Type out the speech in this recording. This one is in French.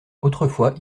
autrefois